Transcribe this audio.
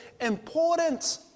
important